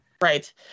Right